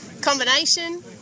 Combination